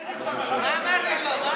מה אמרת לו?